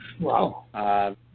Wow